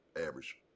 average